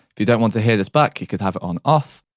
if you don't want to hear this back, you can have it on off.